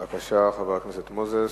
בבקשה, חבר הכנסת מוזס.